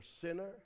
sinner